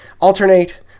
alternate